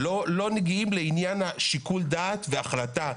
לא מגיעים לעניין השיקול דעת וההחלטה.